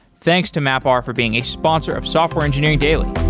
thanks to mapr for being a sponsor of software engineering daily